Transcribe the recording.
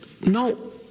no